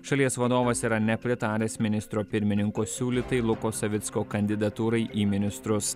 šalies vadovas yra nepritaręs ministro pirmininko siūlytai luko savicko kandidatūrai į ministrus